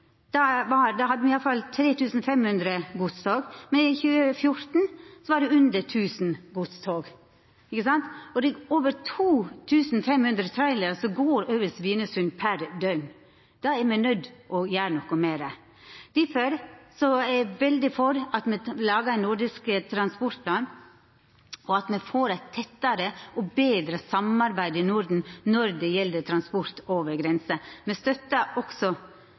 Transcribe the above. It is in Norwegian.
2014 var det under 1 000 godstog. Det går over 2 500 trailerar over Svinesund per døgn. Det er me nøydde til å gjera noko med. Difor er eg veldig for at me lagar ein nordisk transportplan, og at me får eit tettare og betre samarbeid i Norden når det gjeld transport over grensa. Me støttar også